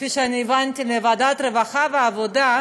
כפי שהבנתי, לוועדת העבודה, הרווחה והבריאות,